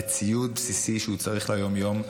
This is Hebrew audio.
לציוד בסיסי שצריך ליום-יום,